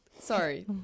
sorry